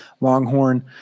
Longhorn